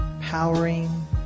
powering